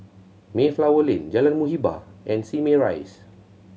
Mayflower Lane Jalan Muhibbah and Simei Rise